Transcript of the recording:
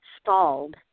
stalled